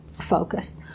focus